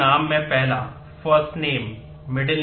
जैसे नाम में पहला नाम है